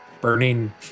burning